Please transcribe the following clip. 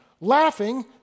laughing